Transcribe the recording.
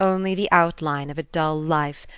only the outline of a dull life,